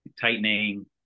tightening